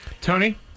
Tony